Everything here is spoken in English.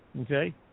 okay